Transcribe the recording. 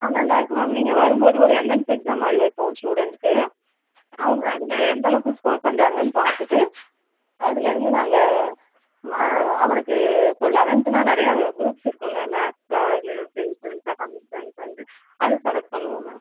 ஆ நல்லாயிருக்கும் மேம் நீங்கள் வரும் போது ஒரு எண்ட்ரன்ஸ் எக்ஸாம் மாதிரி வைப்போம் ஸ்டூடெண்ட்டுக்கு அவங்க அதில் எந்தளவுக்கு ஸ்கோர் பண்ணுறாங்கன்னு பார்த்துட்டு அதில் இருந்து நாங்கள் அவனுக்கு இப்போ லவன்த்துனா நிறையா குரூப்ஸ் இருக்கும்லே மேக்ஸ்ஸா இல்லை ப்யூர் சயின்ஸா கம்ப்யூட்டர் சயின்ஸான்ட்டு அது செலக்ட் பண்ணுவோம் மேம்